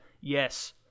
Yes